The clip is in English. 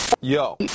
Yo